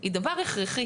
היא דבר הכרחי